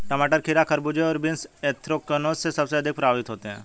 टमाटर, खीरा, खरबूजे और बीन्स एंथ्रेक्नोज से सबसे अधिक प्रभावित होते है